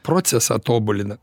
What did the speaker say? procesą tobulina